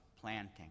planting